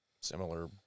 similar